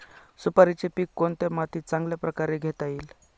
सुपारीचे पीक कोणत्या मातीत चांगल्या प्रकारे घेता येईल?